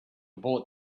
bullet